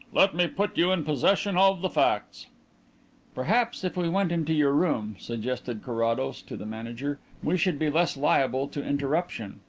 let me put you in possession of the facts perhaps if we went into your room, suggested carrados to the manager, we should be less liable to interruption.